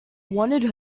wanted